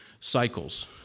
cycles